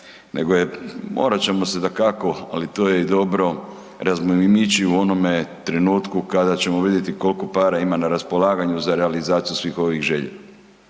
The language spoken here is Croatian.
nego je morat ćemo se dakako, ali to je i dobro, razmimoići u onome trenutku kada ćemo vidjeti koliko para ima na raspolaganju za realizaciju svih ovih želja.